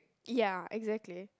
ya exactly